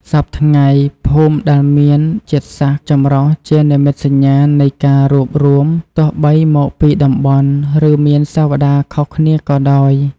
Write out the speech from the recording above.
សព្វថ្ងៃ ភូមិដែលមានជាតិសាសន៍ចម្រុះជានិមិត្តសញ្ញានៃការរួបរួមទោះបីមកពីតំបន់ និងមានសាវតាខុសគ្នាក៏ដោយ។